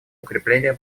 укрепления